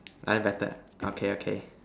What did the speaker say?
like that that okay okay